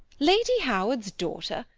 lady howard's daughter,